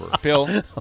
Bill